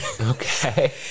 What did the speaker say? Okay